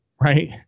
right